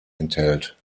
enthält